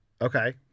Okay